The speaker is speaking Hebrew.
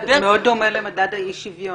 בהיעדר --- זה מאוד דומה למדד האי-שוויון.